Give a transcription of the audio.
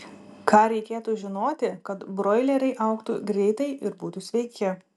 ką reikėtų žinoti kad broileriai augtų greitai ir būtų sveiki